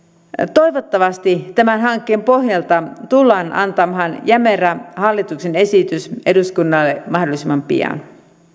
toivottavasti tämän hankkeen pohjalta tullaan antamaan jämerä hallituksen esitys eduskunnalle mahdollisimman pian